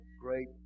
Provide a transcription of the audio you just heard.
great